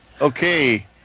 okay